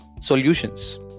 Solutions